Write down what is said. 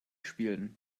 spielen